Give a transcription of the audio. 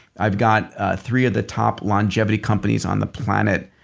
i've got three of the top longevity companies on the planet